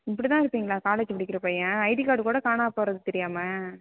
இப்படிதான் இருப்பீங்களா காலேஜ் படிக்கிற பையன் ஐடி கார்டு கூட காணா போகறது தெரியாமல்